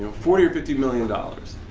ah forty or fifty million dollars.